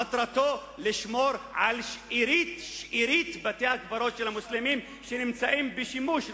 מטרתו לשמור על שארית בתי-הקברות של המוסלמים שנמצאים בשימוש.